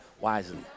wisely